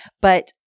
But-